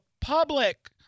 public